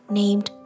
named